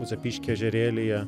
zapyškio ežerėlyje